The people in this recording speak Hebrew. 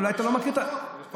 אולי אתה לא מכיר, יכול לעסוק בזה.